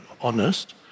honest